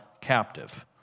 captive